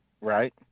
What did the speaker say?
right